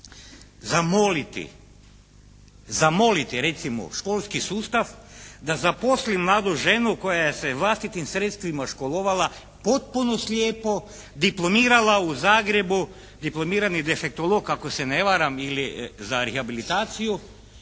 zamoliti recimo školski sustav da zaposli mladu ženu koja se vlastitim sredstvima školovala potpuno slijepo, diplomirala u Zagrebu, diplomirani defektolog ako se ne varam ili za rehabilitaciju